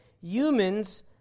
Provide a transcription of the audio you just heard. Humans